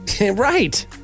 right